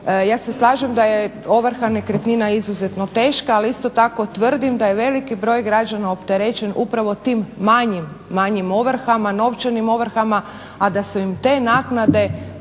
ja se slažem da je ovrha nekretnina izuzetno teška, ali isto tako tvrdim da je veliki broj građana opterećen upravo tim manjim ovrhama, novčanim ovrhama, a da su im te naknade